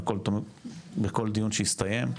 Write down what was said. בכל דיון שהסתיים,